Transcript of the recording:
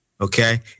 Okay